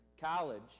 college